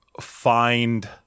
find